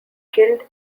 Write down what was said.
killed